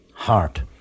heart